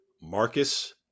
Marcus